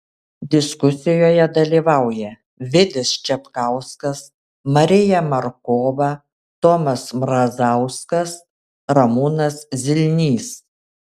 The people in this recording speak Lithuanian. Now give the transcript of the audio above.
diskusijoje dalyvauja vidis čepkauskas marija markova tomas mrazauskas ramūnas zilnys